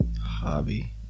Hobby